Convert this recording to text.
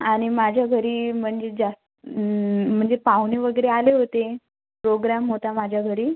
आणि माझ्या घरी म्हणजे जास्त म्हणजे पाहुणे वगैरे आले होते प्रोग्रॅम होता माझ्या घरी